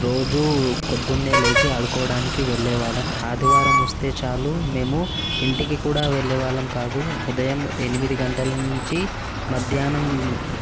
రోజు పొద్దున్నే లేచి ఆడుకోవడానికి వెళ్లే వాళ్ళం ఆదివారం వస్తే చాలు మేము ఇంటికి కూడా వెళ్లే వాళ్ళం కాదు ఉదయం ఎనిమిది గంటల నుంచి మధ్యాహ్నం